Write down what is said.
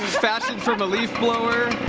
fashioned from a leaf blower.